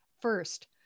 First